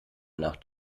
nacht